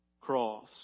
cross